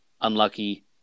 unlucky